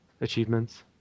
achievements